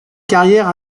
carrière